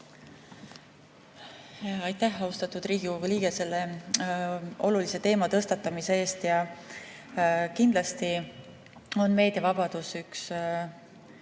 Aitäh, austatud Riigikogu liige, selle olulise teema tõstatamise eest! Kindlasti on meediavabadus üks